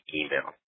email